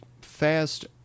fast